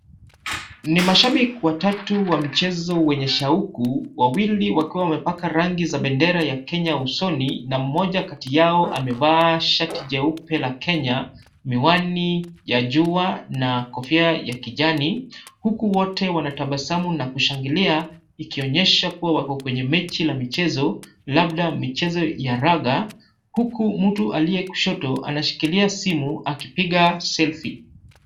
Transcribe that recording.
Ni mashabiki watatu wa mchezo wenye shauku. Wawili wakiwa wamepaka rangi za bendera ya Kenya usoni na mmoja kati yao amevaa shati jeupe la Kenya, miwani ya jua na kofia ya kijani. Huku wote wanatabasamu na kushangilia, ikionyesha kuwa wako kwenye mechi la michezo, labda michezo ya raga. Huku mtu aliye kushoto anashikilia simu akipiga selfie .